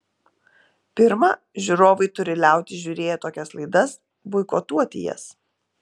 pirma žiūrovai turi liautis žiūrėję tokias laidas boikotuoti jas